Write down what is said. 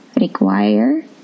require